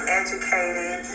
educated